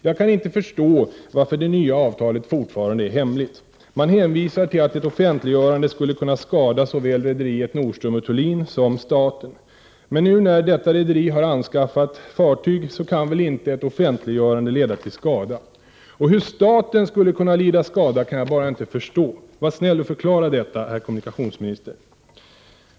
Jag kan inte förstå varför det nya avtalet fortfarande är hemligt. Man hänvisar till att ett offentliggörande skulle kunna skada såväl rederiet Nordström & Thulin som staten. Men nu när detta rederi har anskaffat fartyg kan väl inte ett offentliggörande leda till skada. Och hur staten skulle kunna lida skada kan jag bara inte förstå. Var snäll och förklara detta, herr kommunikationsminister!